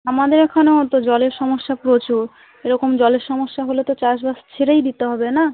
আমাদের এখানেও তো জলের সমস্যা প্রচুর এরকম জলের সমস্যা হলে তো চাষবাস ছেড়েই দিতে হবে না